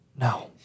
No